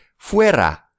fuera